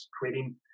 creating